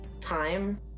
time